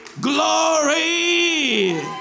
Glory